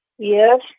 Yes